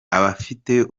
abafite